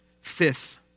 Fifth